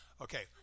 Okay